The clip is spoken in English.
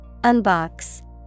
Unbox